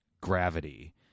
gravity